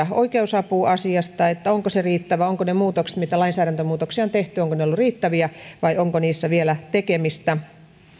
oikeusapuasiasta siitä onko se riittävä ja ovatko ne lainsäädäntömuutokset mitä on tehty olleet riittäviä vai onko niissä vielä tekemistä